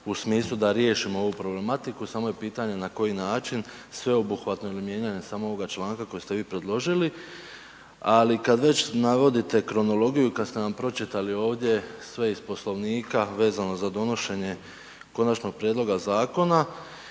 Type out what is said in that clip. u smislu da riješimo ovu problematiku, samo je pitanje na koji način sveobuhvatno ili mijenjanjem samo ovoga članka koji ste vi predložili. Ali kad već navodite kronologiju, kad ste nam pročitali ovdje sve iz Poslovnika vezano za donošenje konačnog prijedloga zakona